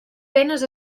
penes